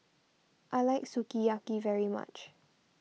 I like Sukiyaki very much